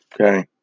okay